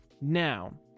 Now